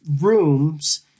rooms